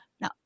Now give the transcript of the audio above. Now